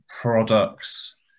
products